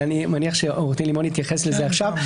אני מניח שעו"ד לימון יתייחס לזה עכשיו.